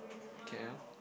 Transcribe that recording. k_l